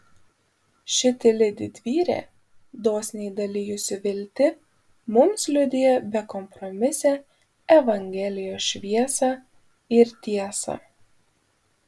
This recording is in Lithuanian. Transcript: ši tyli didvyrė dosniai dalijusi viltį mums liudija bekompromisę evangelijos šviesą ir tiesą